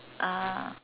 ah